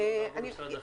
אם לא נעבור למשרד אחר.